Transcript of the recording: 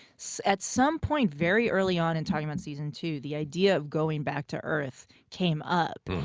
so at some point very early on in talking about season two, the idea of going back to earth came up.